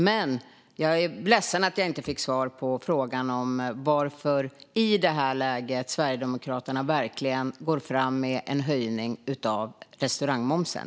Men jag är ledsen att jag inte fick svar på varför Sverigedemokraterna i det här läget går fram med en höjning av restaurangmomsen.